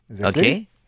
okay